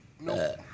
No